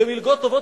ומלגות טובות,